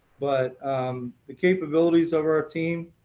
but the capabilityies of our team